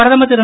பிரதமர் திரு